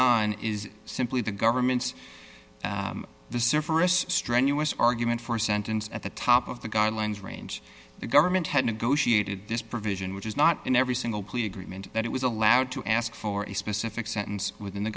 on is simply the government's the surfer strenuous argument for a sentence at the top of the guidelines range the government had negotiated this provision which is not in every single plea agreement that it was allowed to ask for a specific sentence within the